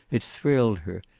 it thrilled her,